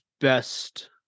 best